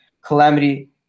calamity